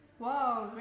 Whoa